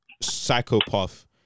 psychopath